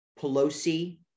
pelosi